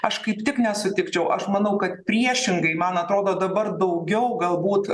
aš kaip tik nesutikčiau aš manau kad priešingai man atrodo dabar daugiau galbūt